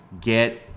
get